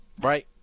Right